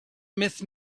miss